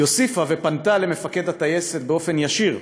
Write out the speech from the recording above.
היא הוסיפה ופנתה למפקד הטייסת באופן ישיר,